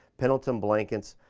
pendleton blankets,